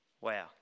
Wow